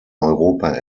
europa